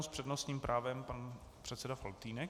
S přednostním právem pan předseda Faltýnek.